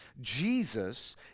Jesus